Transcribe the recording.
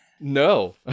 No